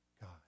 God